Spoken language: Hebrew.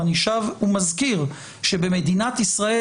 אני שב ומזכיר שבמדינת ישראל,